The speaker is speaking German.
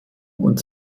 und